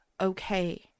okay